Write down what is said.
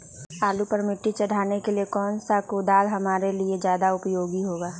आलू पर मिट्टी चढ़ाने के लिए कौन सा कुदाल हमारे लिए ज्यादा उपयोगी होगा?